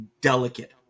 delicate